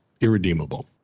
Irredeemable